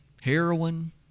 heroin